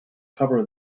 cover